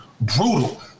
brutal—